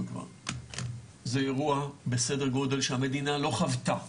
זה אירוע בסדר גודל שהמדינה לא חוותה,